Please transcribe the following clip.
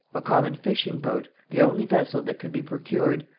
a common fishing-boat, the only vessel that could be procured,